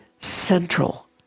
central